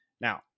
Now